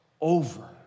over